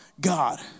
God